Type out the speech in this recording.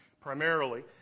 primarily